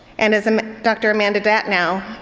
and as um dr. amanda datnow,